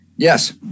Yes